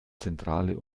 zentrale